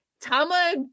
tama